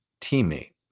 teammate